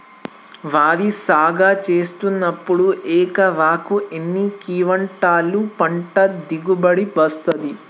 వరి సాగు చేసినప్పుడు ఎకరాకు ఎన్ని క్వింటాలు పంట దిగుబడి వస్తది?